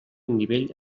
nivell